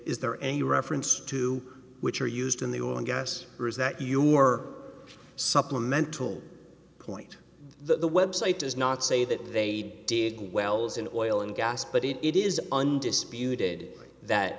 is there any reference to which are used in the oil and gas or is that your supplemental point the website does not say that they did wells in oil and gas but it is undisputed